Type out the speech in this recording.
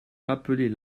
rappeler